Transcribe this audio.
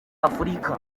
afurika